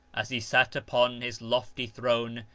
as he sat upon his lofty throne,